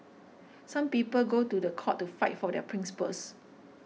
some people go to the court to fight for their principles